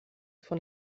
von